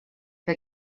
que